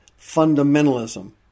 fundamentalism